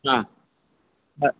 ஆ ஆ